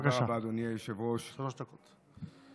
בבקשה, שלוש דקות.